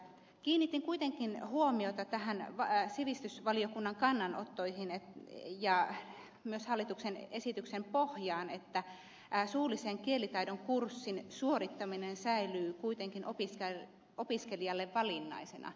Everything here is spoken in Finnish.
kiinnitin kuitenkin huomiota sivistysvaliokunnan kannanottoihin ja myös hallituksen esityksen pohjaan että suullisen kielitaidon kurssin suorittaminen säilyy kuitenkin opiskelijalle valinnaisena